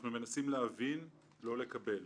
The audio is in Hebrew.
אנחנו מנסים להבין, לא לקבל.